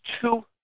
two